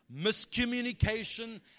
miscommunication